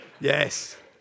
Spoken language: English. Yes